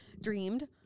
dreamed